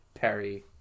Perry